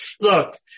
Look